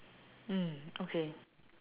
mm okay